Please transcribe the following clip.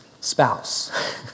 spouse